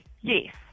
yes